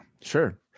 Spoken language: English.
sure